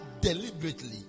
deliberately